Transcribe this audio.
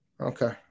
Okay